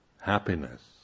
happiness